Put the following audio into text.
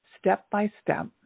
Step-by-step